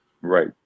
Right